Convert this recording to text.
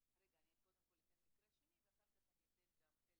אתן קודם כל את המקרה השני ואחר כך אני אתן גם חלק